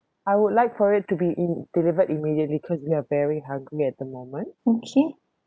I would like for it to be im~ delivered immediately cause we are very hungry at the moment